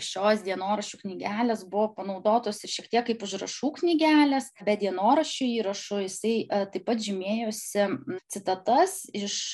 šios dienoraščių knygelės buvo panaudotos ir šiek tiek kaip užrašų knygelės be dienoraščių įrašų jisai taip pat žymėjosi citatas iš